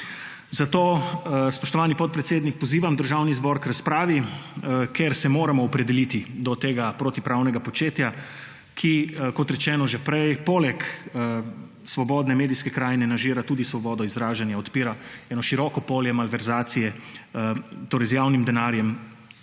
Zato, spoštovani podpredsednik, pozivam Državni zbor k razpravi, ker se moramo opredeliti do tega protipravnega početja, ki že prej, kot rečeno, poleg svobodne medijske krajine nažira tudi svobodo izražanja, odpira eno široko polje malverzacije z javnim denarjem